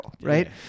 right